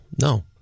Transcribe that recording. No